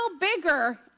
bigger